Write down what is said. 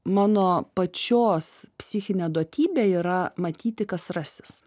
mano pačios psichinė duotybė yra matyti kas rasis